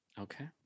okay